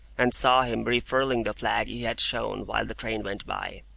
and saw him refurling the flag he had shown while the train went by.